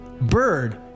Bird